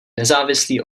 nezávislý